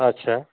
ᱟᱪᱪᱷᱟ